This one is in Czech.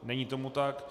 Není tomu tak.